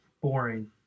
Boring